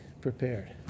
prepared